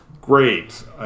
great